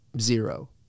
zero